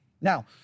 Now